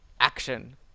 action